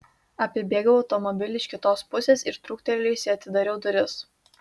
apibėgau automobilį iš kitos pusės ir trūktelėjusi atidariau duris